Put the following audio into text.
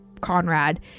conrad